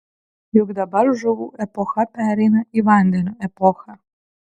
juk dabar žuvų epocha pereina į vandenio epochą